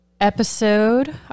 episode